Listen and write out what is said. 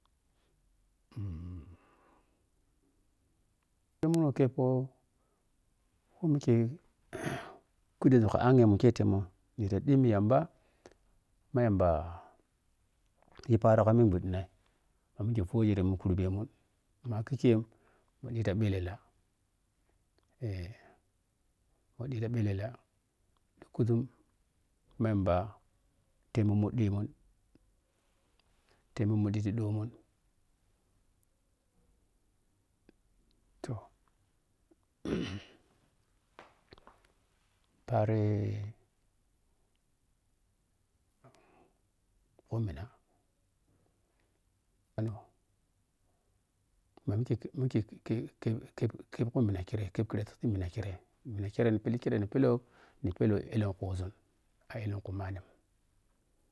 wi wo mu khe, poh wɛ mikye yi ghi khu ɗuȝu ka anhe mu ke temun ni ɗhita ɗhimmi yamba ma yamba yi paaro ka mhun ɗhidina da milg fɔyheremu kurɓe mun ma khi kyei mu ɗhita ɓhellea eh mu ɗhi ta phellela ɗhukkuȝun ma yamba tem moh mudhi mun temmi muɗɗi ti ɗo mun toh paari khumina ma mikye mikye kueɛp-kheep kumina khirei khɛɛp khirati kumina khirai minakurei ni philli kherei ni puilli mina kirei ɛlɛkhuȝun a ɛlɛkhumanni.